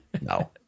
No